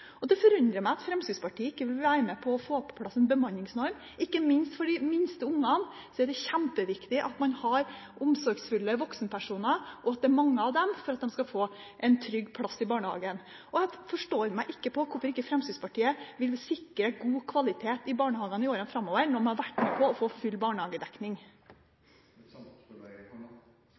Det forundrer meg at Fremskrittspartiet ikke vil være med på å få på plass en bemanningsnorm. Ikke minst for de minste barna er det kjempeviktig at man har omsorgsfulle voksenpersoner, og at det er mange av dem for at de skal få en trygg plass i barnehagen. Jeg forstår ikke hvorfor ikke Fremskrittspartiet vil sikre god kvalitet i barnehagene i årene framover, når de har vært med på å få full barnehagedekning.